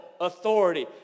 authority